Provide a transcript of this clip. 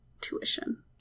tuition